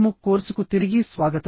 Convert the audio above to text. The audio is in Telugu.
మూక్ కోర్సుకు తిరిగి స్వాగతం